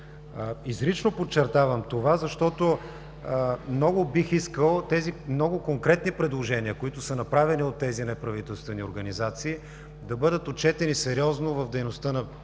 Изрично подчертавам това, защото бих искал тези много конкретни предложения, които са направени от неправителствените организации, да бъдат отчетени сериозно в дейността на работната